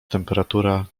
temperatura